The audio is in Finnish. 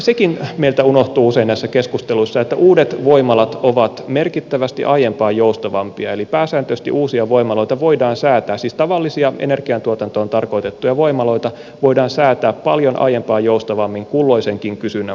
sekin meiltä unohtuu usein näissä keskusteluissa että uudet voimalat ovat merkittävästi aiempaa joustavampia eli pääsääntöisesti uusia voimaloita voidaan säätää siis tavallisia energiantuotantoon tarkoitettuja voimaloita voidaan säätää paljon aiempaa joustavammin kulloisenkin kysynnän mukaan